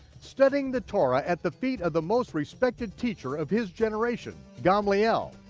studying the torah at the feet of the most respected teacher of his generation, gamaliel.